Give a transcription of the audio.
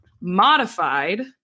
modified